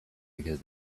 because